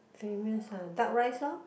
famous ah duck rice lor